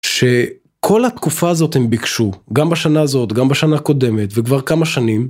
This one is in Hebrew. שכל התקופה הזאת הם ביקשו, גם בשנה הזאת, גם בשנה הקודמת וכבר כמה שנים.